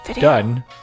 Done